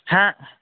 হ্যাঁ